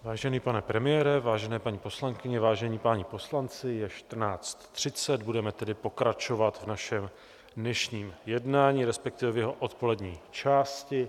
Vážený pane premiére, vážené paní poslankyně, vážení páni poslanci, je 14.30, budeme tedy pokračovat v našem dnešním jednání, respektive v jeho odpolední části.